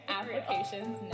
applications